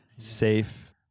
safe